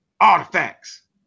artifacts